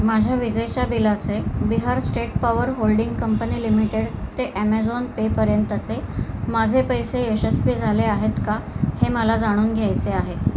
माझ्या विजेच्या बिलाचे Bihar state power holding company limited ते ॲमेझॉन पे पर्यंतचे माझे पैसे यशस्वी झाले आहेत का हे मला जाणून घ्यायचे आहे